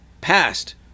passed